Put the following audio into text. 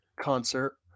concert